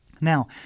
Now